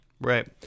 right